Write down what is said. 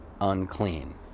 unclean